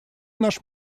наш